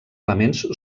elements